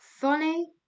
Funny